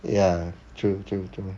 ya true true